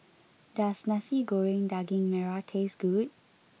does Nasi Goreng Daging Merah taste good